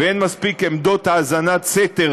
ואין מספיק עמדות האזנת סתר